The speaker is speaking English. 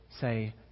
say